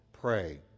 pray